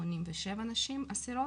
87 נשים אסירות,